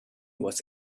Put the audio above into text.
was